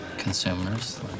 Consumers